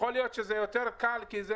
יכול להיות שזה יותר קל כי זה,